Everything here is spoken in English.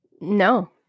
No